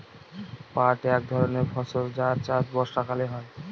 পাট এক ধরনের ফসল যার চাষ বর্ষাকালে হয়